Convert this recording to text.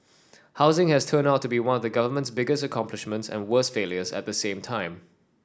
housing has turned out to be one of the government's biggest accomplishments and worst failures at same time